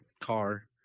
car